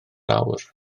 awr